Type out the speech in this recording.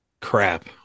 crap